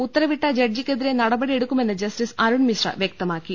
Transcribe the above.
ഉത്തരവിട്ട ജഡ്ജിക്കെതിരെ നടപടി എടുക്കുമെന്ന് ജസ്റ്റിസ് അരുൺമിശ്ര വ്യക്തമാക്കി